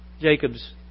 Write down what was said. Jacob's